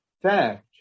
fact